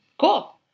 Cool